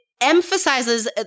emphasizes